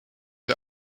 der